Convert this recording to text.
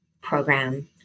program